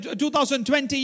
2020